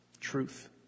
Truth